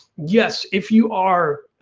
yes, if you are